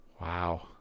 wow